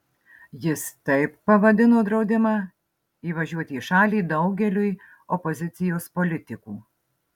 jis taip pavadino draudimą įvažiuoti į šalį daugeliui opozicijos politikų